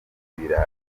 ibirayi